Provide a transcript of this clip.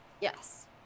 Yes